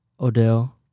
Odell